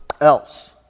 else